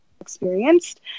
experienced